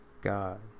God